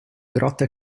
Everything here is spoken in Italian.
grotte